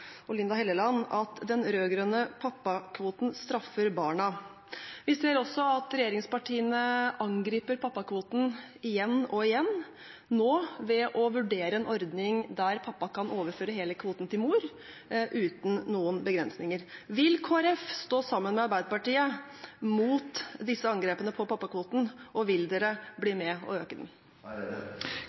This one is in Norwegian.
kontor, Linda C. Hofstad Helleland og Julie Brodtkorp, at den rød-grønne pappakvoten straffer barna. Vi ser også at regjeringspartiene angriper pappakvoten igjen og igjen, nå ved å vurdere en ordning der pappa kan overføre hele kvoten til mor uten noen begrensninger. Vil Kristelig Folkeparti stå sammen med Arbeiderpartiet mot disse angrepene på pappakvoten, og vil de bli med og øke den?